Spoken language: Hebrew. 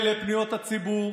ולפניות הציבור,